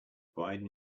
bride